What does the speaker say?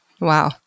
Wow